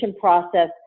process